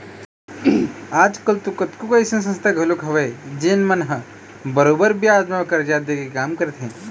आज कल तो कतको अइसन संस्था घलोक हवय जेन मन ह बरोबर बियाज म करजा दे के काम करथे